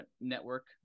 network